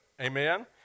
Amen